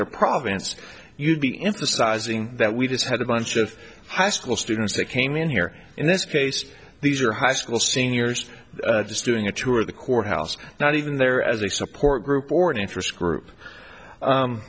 the province you'd be into sizing that we just had a bunch of high school students that came in here in this case these are high school seniors just doing a tour of the courthouse not even there as a support group or an interest group